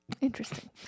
Interesting